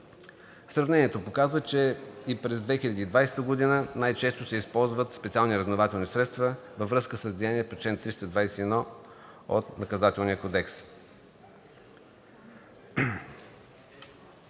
Сравнението показва, че и през 2019 г. най-често са използват специални разузнавателни средства във връзка с деяния по чл. 321 от Наказателния кодекс.